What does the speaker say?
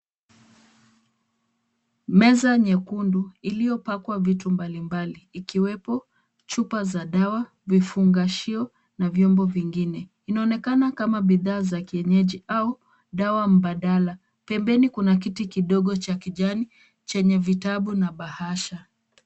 Meza nyekundu iliyopakwa vitu mbali mbali ikiwepo chupa za dawa, vifungashio na vyombo vingine. Inaonekana kama bidhaa za kienyeji au dawa mbadala. Pembeni kuna kiti kidogo cha kijani chenye vitabu na bahasha.